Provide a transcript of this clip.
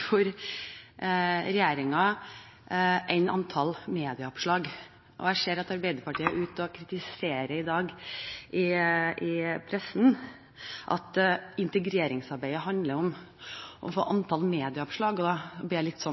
viktigere enn antall medieoppslag. Jeg ser at Arbeiderpartiet er ute i pressen i dag og kritiserer at integreringsarbeidet handler om å få antall medieoppslag. Da blir jeg litt